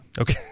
Okay